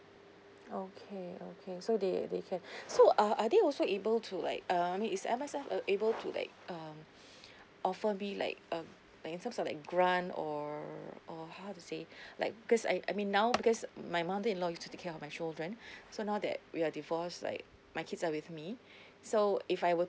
okay okay so they they can so uh are they also able to like um I mean is M_S_F able to like um offer me like um like in terms of like grant or or how to say like because I I mean now because my mother in law used to take care of my children so now that we are divorced like my kids are with me so if I were